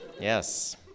Yes